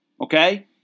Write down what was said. okay